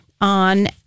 on